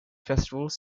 festivals